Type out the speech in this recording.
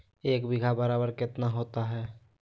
एक बीघा बराबर कितना होता है?